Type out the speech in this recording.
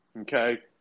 Okay